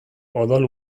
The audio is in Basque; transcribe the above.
odol